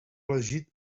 elegit